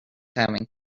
having